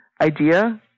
idea